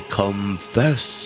confess